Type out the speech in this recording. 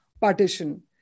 partition